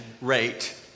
rate